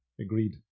Agreed